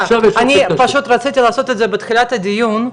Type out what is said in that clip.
אני רציתי לעשות את זה בתחילת הדיון,